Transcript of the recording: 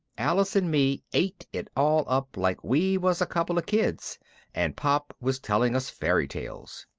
alice and me ate it all up like we was a couple of kids and pop was telling us fairy tales.